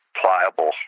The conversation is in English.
Pliable